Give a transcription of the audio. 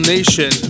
Nation